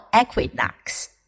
equinox